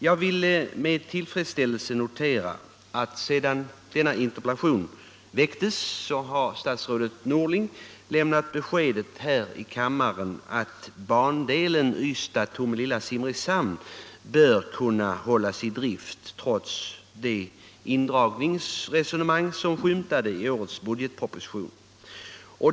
Jag vill med tillfredsställelse notera att sedan denna interpellation framställdes har statsrådet Norling lämnat beskedet här i kammaren att bandelen Ystad-Tomelilla-Simrishamn bör kunna hållas i drift trots det indragningsresonemang som skymtade i årets budgetproposition.